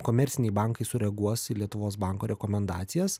komerciniai bankai sureaguos į lietuvos banko rekomendacijas